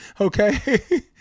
okay